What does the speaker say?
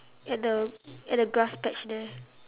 at the at the grass patch there